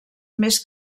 més